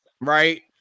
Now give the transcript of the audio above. right